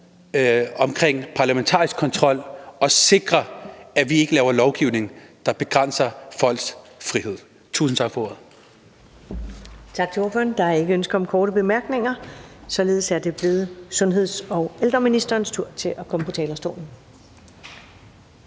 omkring parlamentarisk kontrol og sikrer, at vi ikke laver lovgivning, der begrænser folks frihed. Tusind tak for ordet.